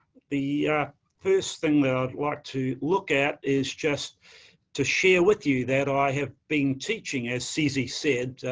the yeah first thing that i'd like to look at is just to share with you that i have been teaching, as ceci said,